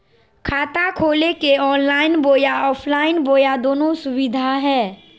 खाता खोले के ऑनलाइन बोया ऑफलाइन बोया दोनो सुविधा है?